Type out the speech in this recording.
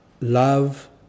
Love